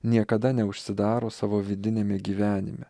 niekada neužsidaro savo vidiniame gyvenime